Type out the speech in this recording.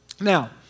Now